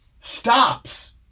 stops